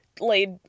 laid